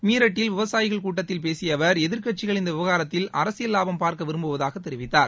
மீரட்டில் விவாயிகள் கூட்டத்தில் பேசிய அவர் எதிர்க்கட்சிகள் இந்த விவகாரத்தில் அரசியல் லாபம் பார்க்க விரும்புவதாக அவர் தெரிவித்தார்